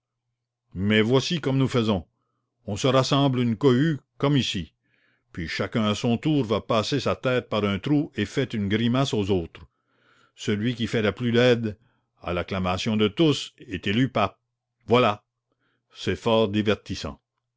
mais voici comme nous faisons on se rassemble une cohue comme ici puis chacun à son tour va passer sa tête par un trou et fait une grimace aux autres celui qui fait la plus laide à l'acclamation de tous est élu pape voilà c'est fort divertissant